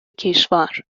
کشور